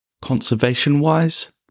Conservation-wise